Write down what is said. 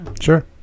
Sure